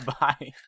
Bye